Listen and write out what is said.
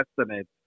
estimates